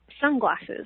sunglasses